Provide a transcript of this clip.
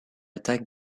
attaque